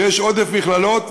יש עודף מכללות,